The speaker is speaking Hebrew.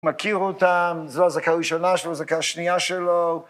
מכיר אותם, זו אזעקה ראשונה שלו, אזעקה שנייה שלו.